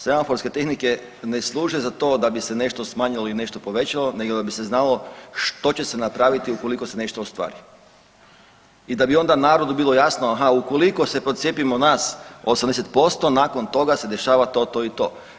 Semaforske tehnike ne služe za to da bi se nešto smanjilo ili nešto povećalo, nego da bi se znalo što će se napraviti ukoliko se nešto ostvari i da bi onda narodu bilo jasno, aha, ukoliko se procijepimo nas 80%, nakon toga se dešava to, to i to.